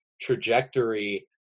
trajectory